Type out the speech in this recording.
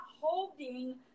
holding